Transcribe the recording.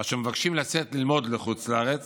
אשר מבקשים לצאת ללמוד בחוץ לארץ